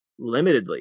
limitedly